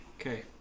Okay